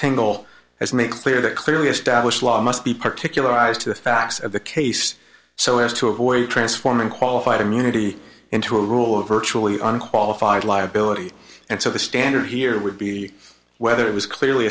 tangle has made clear that clearly established law must be particularized to the facts of the case so as to avoid transforming qualified immunity into a rule of virtually unqualified liability and so the standard here would be whether it was clearly